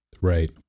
right